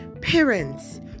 Parents